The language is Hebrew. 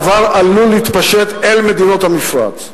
הדבר עלול להתפשט אל מדינות המפרץ.